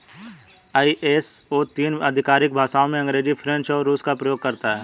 ISO तीन आधिकारिक भाषाओं अंग्रेजी, फ्रेंच और रूसी का प्रयोग करता है